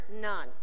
none